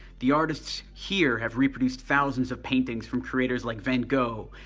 the artists here have reproduced thousands of paintings from creators like van gogh.